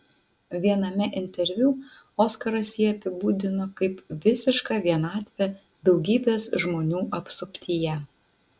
viename interviu oskaras jį apibūdino kaip visišką vienatvę daugybės žmonių apsuptyje